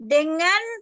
Dengan